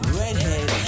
redhead